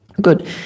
Good